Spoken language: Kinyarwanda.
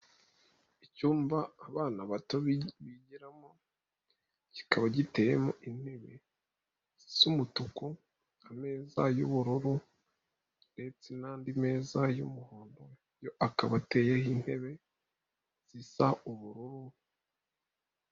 Icyumba abana bato bigiramo kikaba giteyemo intebe zisa umutuku, ameza y'ubururu ndetse n'andi meza y'umuhondo yo akaba ateyeho intebe zisa ubururu.